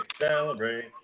celebrate